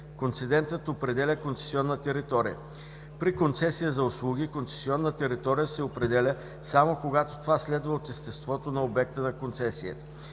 концедентът определя концесионна територия. При концесия за услуги концесионна територия се определя само когато това следва от естеството на обекта на концесията.